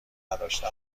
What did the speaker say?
نداشتن